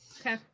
okay